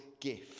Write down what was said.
gift